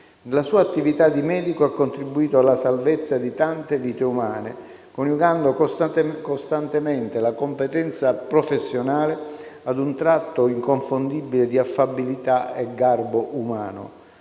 sua attività di medico ha contribuito alla salvezza di tante vite umane, coniugando costantemente la competenza professionale a un tratto inconfondibile di affabilità e garbo umano.